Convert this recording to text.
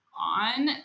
on